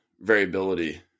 variability